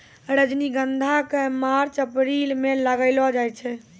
रजनीगंधा क March April म लगैलो जाय छै